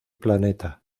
planeta